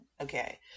okay